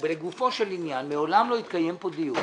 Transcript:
ולגופו של עניין, מעולם לא התקיים פה דיון